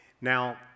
Now